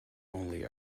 only